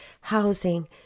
housing